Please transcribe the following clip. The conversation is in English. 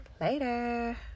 Later